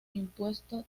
impuesto